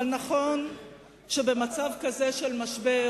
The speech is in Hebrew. אבל נכון שבמצב כזה של משבר